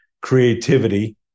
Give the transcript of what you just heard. creativity